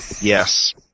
yes